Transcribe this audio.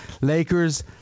Lakers